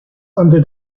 under